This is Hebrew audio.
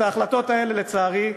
את ההחלטות האלה, לצערי,